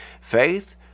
Faith